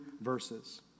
verses